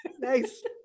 Nice